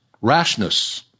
Rashness